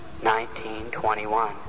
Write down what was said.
1921